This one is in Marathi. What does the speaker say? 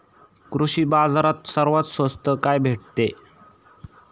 कृषी बाजारात सर्वात स्वस्त काय भेटते?